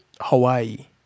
Hawaii